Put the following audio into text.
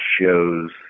shows